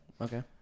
Okay